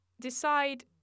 Decide